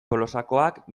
tolosakoak